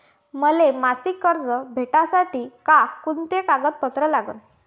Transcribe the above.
मले मासिक कर्ज भेटासाठी का कुंते कागदपत्र लागन?